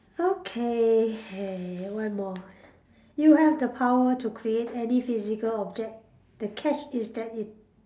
okay hey one more you have the power to create any physical object the catch is that it